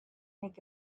make